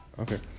Okay